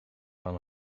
van